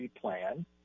plan